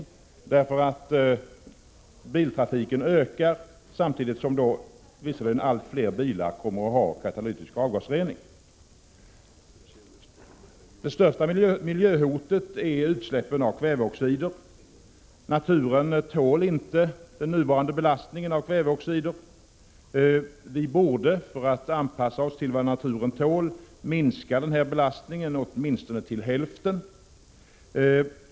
Visserligen kommer allt fler bilar att ha katalytisk avgasrening, men samtidigt ökar också biltrafiken. Det största miljöhotet är utsläppen av kväveoxider. Naturen tål inte den nuvarande belastningen. Vi borde, för att anpassa oss till vad naturen tål, minska den belastningen till åtminstone hälften.